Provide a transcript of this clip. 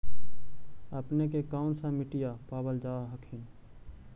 अपने के कौन सा मिट्टीया पाबल जा हखिन?